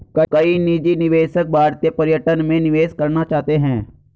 कई निजी निवेशक भारतीय पर्यटन में निवेश करना चाहते हैं